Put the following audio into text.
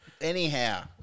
Anyhow